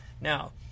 Now